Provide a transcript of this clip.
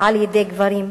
על-ידי גברים.